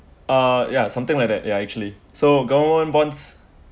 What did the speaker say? uh ya something like that ya actually so government bonds